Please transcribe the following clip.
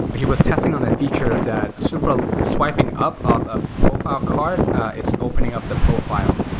he was testing on a feature that super swiping up off a profile card it's opening up the profile.